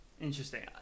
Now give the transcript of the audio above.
Interesting